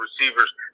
receivers